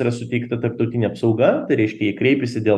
yra suteikta tarptautinė apsauga tai reiškia jie kreipėsi dėl